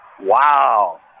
Wow